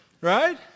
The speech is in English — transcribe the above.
Right